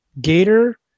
Gator